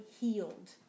healed